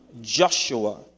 Joshua